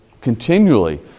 continually